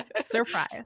Surprise